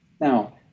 Now